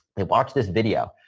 they watch this video.